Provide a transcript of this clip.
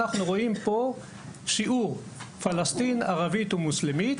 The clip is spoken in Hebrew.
אנו רואים כאן שיעור על פלסטין ערבית ומוסלמית,